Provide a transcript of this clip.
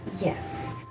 Yes